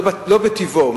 לא בטיבו,